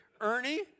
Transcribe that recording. Ernie